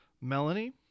Melanie